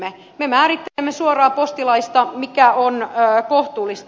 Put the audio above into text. me määrittelemme suoraan postilaista mikä on kohtuullista